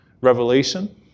revelation